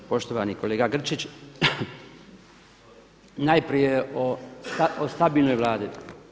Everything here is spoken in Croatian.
Poštovani kolega Grčić, najprije o stabilnoj Vladi.